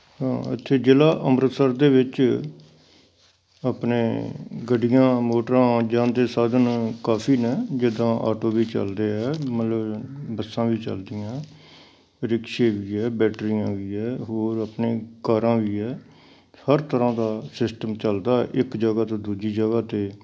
ਇੱਥੇ ਜ਼ਿਲ੍ਹਾ ਅੰਮ੍ਰਿਤਸਰ ਦੇ ਵਿੱਚ ਆਪਣੇ ਗੱਡੀਆਂ ਮੋਟਰਾਂ ਆਉਣ ਜਾਣ ਦੇ ਸਾਧਨ ਕਾਫ਼ੀ ਨੇ ਜਿੱਦਾਂ ਆਟੋ ਵੀ ਚੱਲਦੇ ਹੈ ਮਤਲਬ ਬੱਸਾਂ ਵੀ ਚੱਲਦੀਆਂ ਰਿਕਸ਼ੇ ਵੀ ਹੈ ਬੈਟਰੀਆਂ ਵੀ ਹੈ ਹੋਰ ਆਪਣੀ ਕਾਰਾਂ ਵੀ ਹੈ ਹਰ ਤਰ੍ਹਾਂ ਦਾ ਸਿਸਟਮ ਚੱਲਦਾ ਇੱਕ ਜਗ੍ਹਾ ਤੋਂ ਦੂਜੀ ਜਗ੍ਹਾ 'ਤੇ